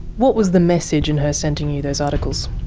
what was the message in her sending you those articles?